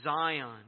Zion